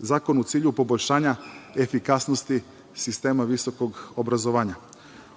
zakon u cilju poboljšanja efikasnosti sistema visokog obrazovanja.